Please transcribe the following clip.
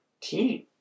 team